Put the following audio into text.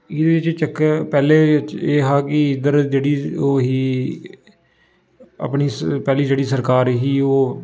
इ'यै जनेह् च चक्कर पैह्लें एह् हा कि इद्धर जेह्ड़ी ओह् ही अपनी पैह्ली जेह्ड़ी सरकार ही ओह्